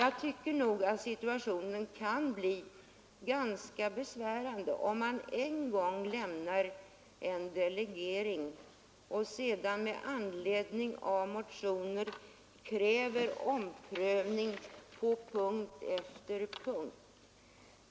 Jag tycker att situationen kan bli ganska besvärande om man en gång lämnar en delegering och sedan med anledning av motioner kräver omprövning på punkt efter punkt.